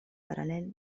paral·lel